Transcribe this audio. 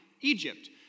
Egypt